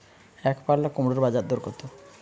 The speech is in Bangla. একপাল্লা কুমড়োর বাজার দর কত?